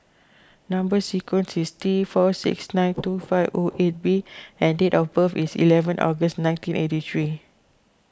Number Sequence is T four six nine two five O eight B and date of birth is eleven August nineteen eighty three